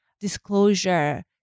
disclosure